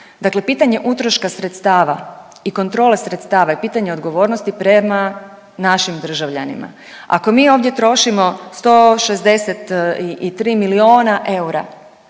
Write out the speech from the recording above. Dakle, pitanje utroška sredstava i kontrole sredstava i pitanje odgovornosti prema našim državljanima. Ako mi ovdje trošimo 163 miliona eura,